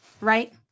right